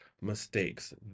mistakes